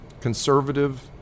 conservative